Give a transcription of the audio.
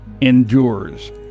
endures